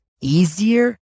easier